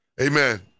Amen